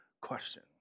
question